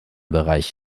bereich